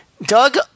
Doug